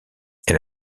elle